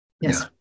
Yes